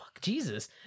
Jesus